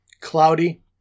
cloudy